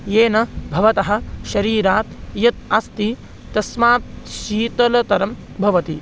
येन भवतः शरीरात् यत् अस्ति तस्मात् शीतलतरं भवति